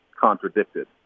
contradicted